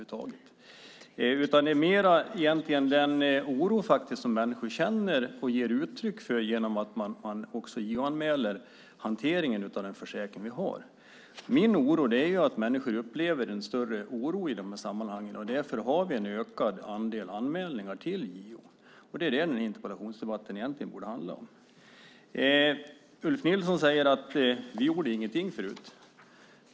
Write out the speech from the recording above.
Det handlar mer om den oro som människor känner och ger uttryck för genom att JO-anmäla hanteringen av den försäkring vi har. Min oro är att människor upplever en större oro i de här sammanhangen och att vi därför har ett ökat antal anmälningar till JO. Det är det interpellationsdebatten egentligen borde handla om. Ulf Nilsson säger att vi inte gjorde någonting förut.